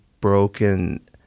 broken—